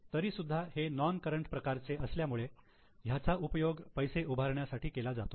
तरी सुद्धा हे नोन करंट प्रकारचे असल्यामुळे ह्याचा उपयोग पैसे उभारण्यासाठी केला जातो